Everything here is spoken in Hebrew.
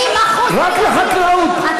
רק לחקלאות.